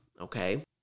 okay